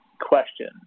question